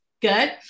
good